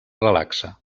relaxa